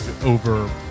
over